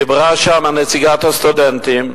דיברה נציגת הסטודנטים.